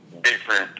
different